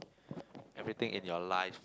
everything in your life